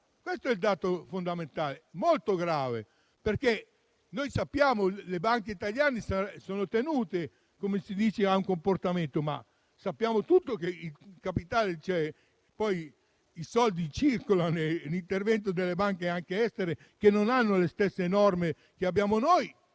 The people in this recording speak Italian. gravità. È un dato fondamentale, molto grave. Sappiamo che le banche italiane sono tenute a un comportamento, ma sappiamo che poi il capitale e i soldi circolano e che c'è l'intervento delle banche estere, che non hanno le stesse norme che abbiamo noi.